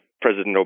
President